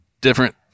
different